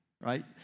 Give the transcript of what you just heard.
right